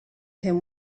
him